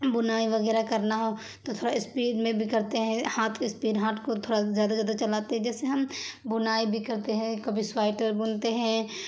بنائی وغیرہ کرنا ہو تو تھوڑا اسپیڈ میں بھی کرتے ہیں ہاتھ کی اسپیڈ ہاتھ کو تھوڑا زیادہ زیادہ چلاتے جیسے ہم بنائی بھی کرتے ہیں کبھی سوئیٹر بنتے ہیں